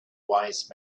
wise